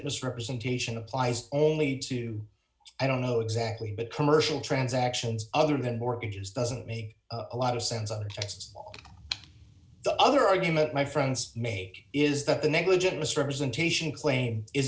misrepresentation applies only to i don't know exactly but commercial transactions other than mortgages doesn't make a lot of sense other texts the other argument my friends make is that the negligent misrepresentation claim is